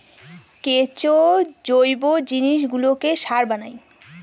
কেঁচো জৈব জিনিসগুলোকে সার বানায়